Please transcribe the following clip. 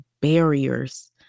barriers